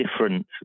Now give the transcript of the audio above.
different